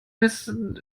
wissen